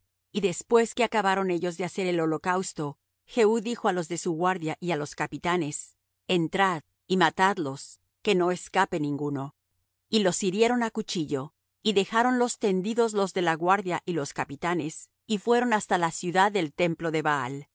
y después que acabaron ellos de hacer el holocausto jehú dijo á los de su guardia y á los capitanes entrad y matadlos que no escape ninguno y los hirieron á cuchillo y dejáronlos tendidos los de la guardia y los capitanes y fueron hasta la ciudad del templo de baal